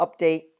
update